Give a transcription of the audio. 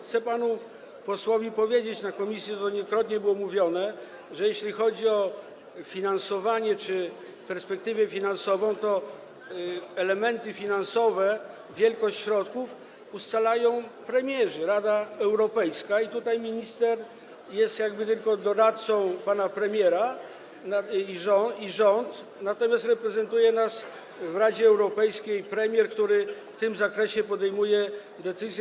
Chcę panu posłowi powiedzieć - w komisji wielokrotnie o tym mówiono - że jeśli chodzi o finansowanie czy perspektywę finansową, to elementy finansowe, wielkość środków ustalają premierzy, Rada Europejska, i tutaj minister jest tylko doradcą pana premiera, i rząd, natomiast reprezentuje nas w Radzie Europejskiej premier, który w tym zakresie podejmuje decyzje.